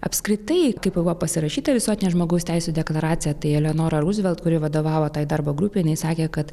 apskritai kai buvo pasirašyta visuotinė žmogaus teisių deklaracija tai eleonora ruzvelt kuri vadovavo tai darbo grupei jinai sakė kad